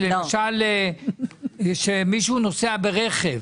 למשל שמישהו נוסע ברכב,